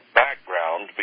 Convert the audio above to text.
background